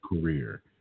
career